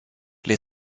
les